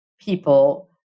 people